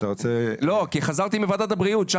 כי חזרתי מוועדת הבריאות,